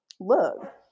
look